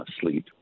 sleep